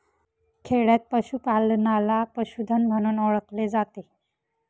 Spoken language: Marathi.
खेडयांत पशूपालनाला पशुधन म्हणून ओळखले जाते